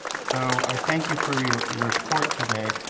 so i thank you for your your report today.